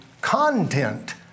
content